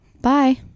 Bye